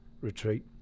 retreat